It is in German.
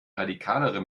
radikalere